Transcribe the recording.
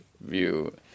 view